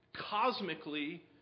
cosmically